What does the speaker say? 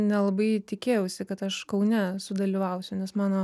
nelabai tikėjausi kad aš kaune sudalyvausiu nes mano